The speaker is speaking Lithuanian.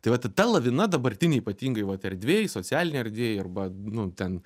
tai vat ta lavina dabartinėj ypatingai vat erdvėj socialinėj erdvėj arba nu ten